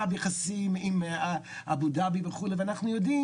ביחסים על אבו דאבי וכו' ואנחנו יודעים,